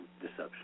deception